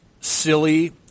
silly